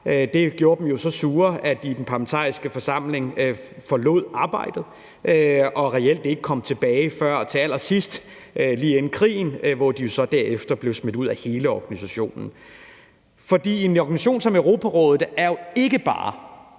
Det gjorde dem jo så sure, at de i den parlamentariske forsamling forlod arbejdet og reelt ikke kom tilbage før til allersidst, lige inden krigen, hvor de jo så derefter blev smidt ud af hele organisationen. For en organisation som Europarådet er jo ikke bare